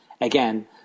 Again